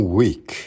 week